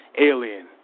Alien